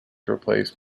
replaced